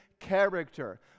character